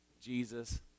Jesus